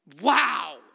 Wow